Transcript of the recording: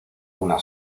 una